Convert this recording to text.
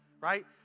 right